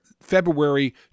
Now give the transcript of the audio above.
February